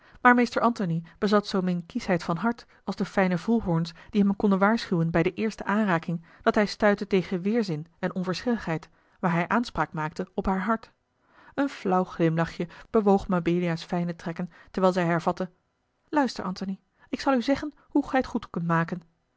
maar meester antony bezat zoomin kieschheid van hart als de fijne voelhoorns die hem konden waarschuwen bij de eerste aanraking dat hij stuitte tegen weêrzin en onverschilligheid waar hij aanspraak maakte op haar hart een flauw glimlachje bewoog mabelia's fijne trekken terwijl zij hervatte luister antony ik zal u zeggen hoe gij t goed kunt maken